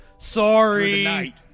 Sorry